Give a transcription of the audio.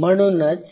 म्हणूनच